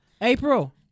April